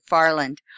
Farland